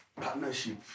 Partnership